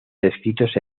descritos